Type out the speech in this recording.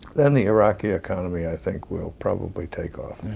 then the iraqi economy, i think, will probably take off.